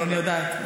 אני יודעת.